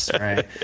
right